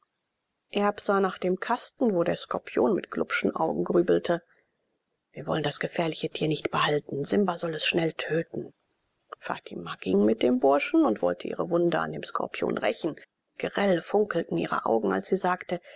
erb sah nach dem kasten wo der skorpion mit glubschen augen grübelte wir wollen das gefährliche tier nicht behalten simba soll es schnell töten fatima ging mit dem burschen und wollte ihre wunde an dem skorpion rächen grell funkelten ihre augen als sie sagte